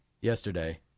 yesterday